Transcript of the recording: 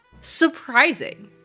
surprising